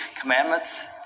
commandments